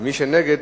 ומי שנגד,